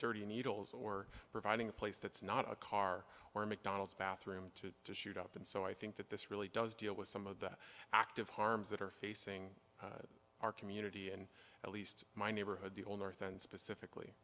dirty needles or providing a place that's not a car or a mcdonald's bathroom to shoot up and so i think that this really does deal with some of the active harms that are facing our community and at least my neighborhood the old north and specific